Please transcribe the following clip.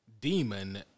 demon